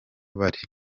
bari